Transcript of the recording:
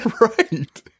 right